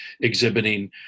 exhibiting